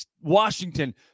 Washington